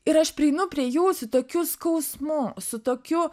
ir aš prieinu prie jų su tokiu skausmu su tokiu